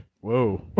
whoa